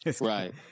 Right